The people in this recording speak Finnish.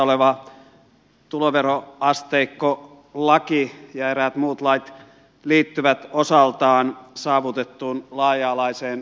tämä käsittelyssä oleva tuloveroasteikkolaki ja eräät muut lait liittyvät osaltaan saavutettuun laaja alaiseen työmarkkinaratkaisuun